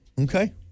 Okay